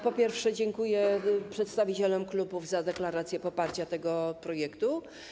Po pierwsze, dziękuję przedstawicielom klubów za deklarację poparcia tego projektu.